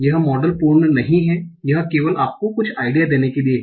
यह मॉडल पूर्ण नहीं हैं यह केवल आपको कुछ आइडिया देने के लिए है